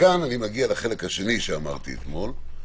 מכאן אני מגיע לחלק השני שאמרתי אתמול,